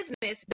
business